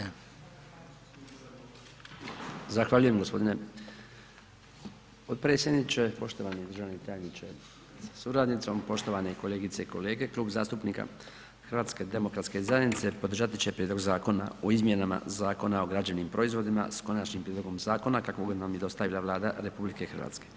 Zahvaljujem gospodine potpredsjedniče, poštovani državni tajniče sa suradnicom, poštovane kolegice i kolege, Klub zastupnika HDZ-a podržati će Prijedlog Zakona o izmjenama Zakona o građevnim proizvodima s konačnim prijedlog zakona kakvog nam je dostavila Vlada RH.